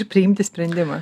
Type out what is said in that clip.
ir priimti sprendimą